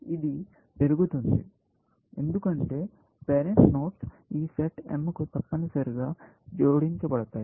ఇది పెరుగుతుంది ఎందుకంటే పేరెంట్ నోడ్స్ ఈ సెట్ M కు తప్పనిసరిగా జోడించబడతారు